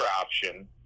option